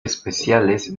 especiales